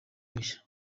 mushya